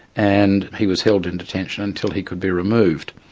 and he was held in detention until he could be removed.